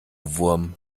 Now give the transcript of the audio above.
wurm